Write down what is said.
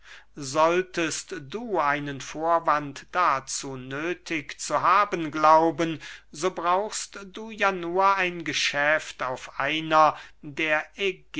solltest du einen vorwand dazu nöthig zu haben glauben so brauchst du ja nur ein geschäft auf einer der